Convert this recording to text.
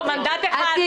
מנדט אחד, באמת.